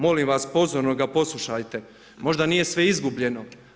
Molim vas pozorno ga poslušajte, možda nije sve izgubljeno.